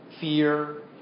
fear